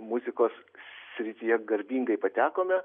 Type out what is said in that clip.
muzikos srityje garbingai patekome